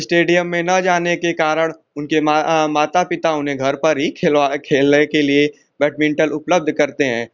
stadium में न जाने के कारण उनके माँ माता पिता उन्हें घर पर ही खेलवा खेलने के लिए बैटमिन्टल उपलब्ध करते हैं